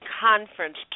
conference